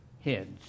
heads